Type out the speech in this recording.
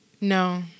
No